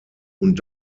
und